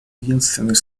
единственной